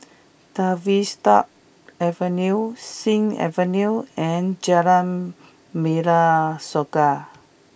Tavistock Avenue Sing Avenue and Jalan Merah Saga